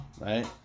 right